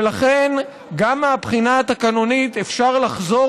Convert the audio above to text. ולכן גם מהבחינה התקנונית אפשר לחזור